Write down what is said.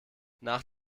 nach